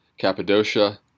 Cappadocia